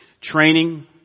Training